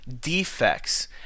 defects